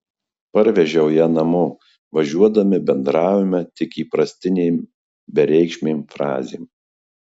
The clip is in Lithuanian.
parvežiau ją namo važiuodami bendravome tik įprastinėm bereikšmėm frazėm